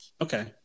Okay